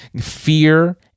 fear